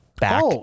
back